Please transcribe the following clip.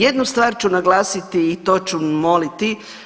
Jednu stvar ću naglasiti i to ću moliti.